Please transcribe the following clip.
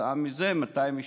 כתוצאה מזה מתי הם ישתחררו.